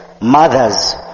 mothers